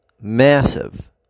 Massive